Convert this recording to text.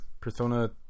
Persona